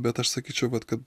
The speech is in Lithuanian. bet aš sakyčiau vat kad